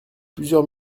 plusieurs